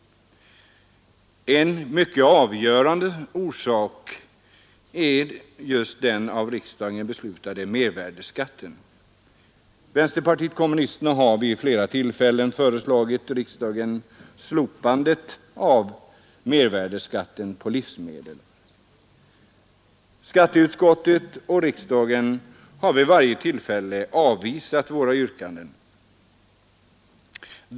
En avgörande orsak är just den av riksdagen beslutade mervärdeskatten. Vänsterpartiet kommunisterna har vid flera tillfällen föreslagit riksdagen att slopa mervärdeskatten på livsmedel. Skatteutskottet och riksdagen har dock vid varje tillfälle avvisat våra yrkanden.